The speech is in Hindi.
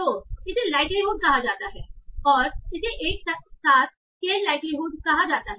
तो इसे लाइक्लीहुड कहा जाता है और इसे एक साथ स्केलड लाइक्लीहुड कहा जाता है